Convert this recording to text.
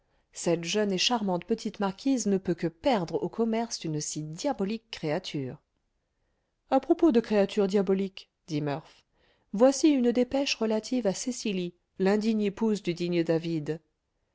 cette jeune et charmante petite marquise ne peut que perdre au commerce d'une si diabolique créature à propos de créatures diaboliques dit murph voici une dépêche relative à cecily l'indigne épouse du digne david